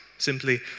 Simply